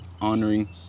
honoring